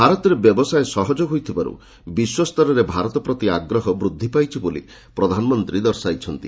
ଭାରତରେ ବ୍ୟବସାୟ ସହଜ ହୋଇଥିବାରୁ ବିଶ୍ୱ ସ୍ତରରେ ଭାରତ ପ୍ରତି ଆଗ୍ରହ ବୃଦ୍ଧି ପାଇଛି ବୋଲି ପ୍ରଧାନମନ୍ତ୍ରୀ ଦର୍ଶାଇଛନ୍ତି